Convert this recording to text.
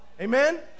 Amen